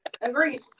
Agreed